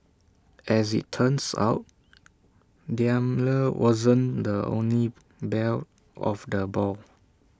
as IT turns out Daimler wasn't the only belle of the ball